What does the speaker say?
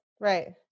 Right